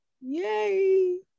yay